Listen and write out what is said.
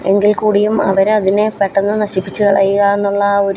എങ്കിൽ കൂടിയും അവരതിനെ പെട്ടെന്ന് നശിപ്പിച്ച് കളയുക എന്നുള്ള ആ ഒരിത്